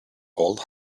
old